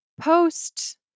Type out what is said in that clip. post